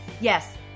Yes